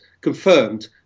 confirmed